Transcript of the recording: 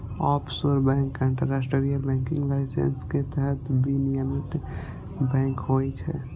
offshore bank अंतरराष्ट्रीय banking licence के तहत विनियमित बैंक होइ छै